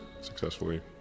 successfully